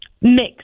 mixed